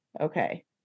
okay